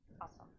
Awesome